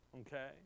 Okay